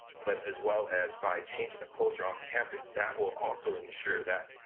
but as well as by changing the culture on campus, that will also ensure that